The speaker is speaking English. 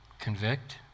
convict